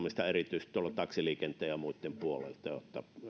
harjoittamista erityisesti taksiliikenteen ja muitten puolelta